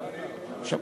אדוני,